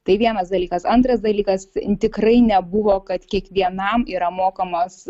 tai vienas dalykas antras dalykas tikrai nebuvo kad kiekvienam yra mokamas